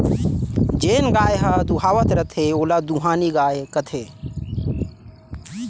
जेन गाय ह दुहावत रथे ओला दुहानी गाय कथें